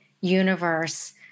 Universe